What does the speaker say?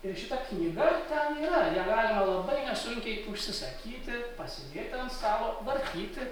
ir šita knyga ten yra ją galima labai nesunkiai užsisakyti pasidėti ant stalo vartyti